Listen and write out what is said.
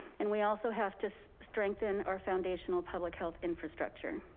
and we also have to strengthen our foundational public health infrastructure.